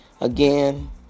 Again